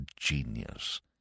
genius